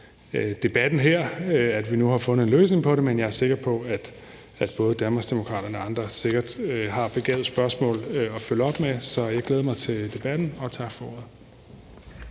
at vi nu har fundet en løsning på det, men jeg er sikker på, at både Danmarksdemokraterne og andre har begavede spørgsmål at følge op med. Så jeg glæder mig til debatten. Tak for ordet.